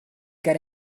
get